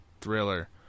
thriller